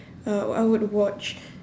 uh I would watch